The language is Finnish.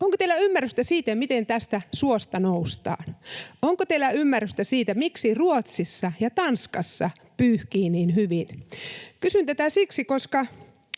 Onko teillä ymmärrystä siitä, miten tästä suosta noustaan? Onko teillä ymmärrystä siitä, miksi Ruotsissa ja Tanskassa pyyhkii niin hyvin? Kysyn tätä siksi, että